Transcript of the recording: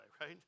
right